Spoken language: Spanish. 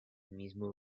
mismo